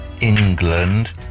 England